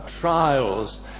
trials